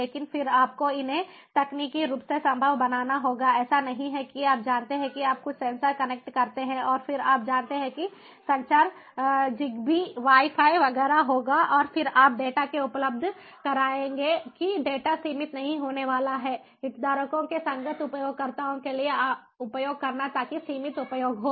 लेकिन फिर आपको इसे तकनीकी रूप से संभव बनाना होगा ऐसा नहीं है कि आप जानते हैं कि आप कुछ सेंसर कनेक्ट करते हैं और फिर आप जानते हैं कि संचार जिगबी वाई फाई वगैरह होगा और फिर आप डेटा को उपलब्ध कराएँगे कि डेटा सीमित नहीं होने वाला है हितधारकों के संगत उपयोगकर्ताओं के लिए उपयोग करना ताकि सीमित उपयोग हो